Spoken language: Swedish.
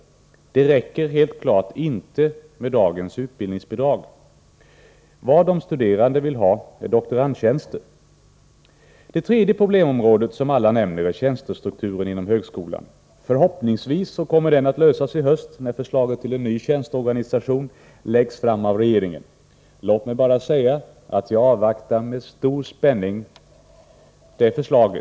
Det räcker helt klart inte med dagens utbildningsbidrag. De studerande vill ha doktorandtjänster. Det tredje problemområdet som alla nämner är tjänstestrukturen inom högskolan. Förhoppningsvis kommer det problemet att lösas i höst när förslaget till en ny tjänsteorganisation läggs fram av regeringen. Låt mig bara säga att jag avvaktar det förslaget med stor spänning.